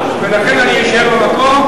עליך,